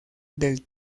del